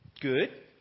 Good